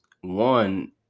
one